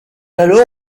alors